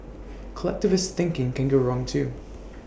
collectivist thinking can go wrong too